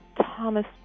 Thomas